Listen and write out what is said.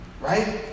Right